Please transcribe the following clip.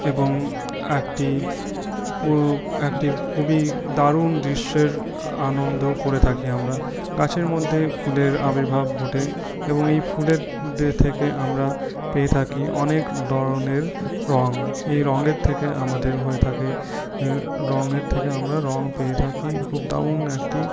এবং একটি একটি খুবই দারুণ দৃশ্যের আনন্দ করে থাকি আমরা গাছের মধ্যে ফুলের আবির্ভাব ঘটে এবং এই ফুলেদের থেকে আমরা পেয়ে থাকি অনেক ধরনের রঙ এই রঙের থেকে আমাদের হয়ে থাকে রঙের থেকে আমরা রঙ পেয়ে থাকি খুব দারুন একটি